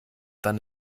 dann